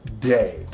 day